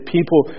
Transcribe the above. People